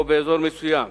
או באזור מסוים,